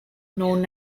known